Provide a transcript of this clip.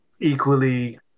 equally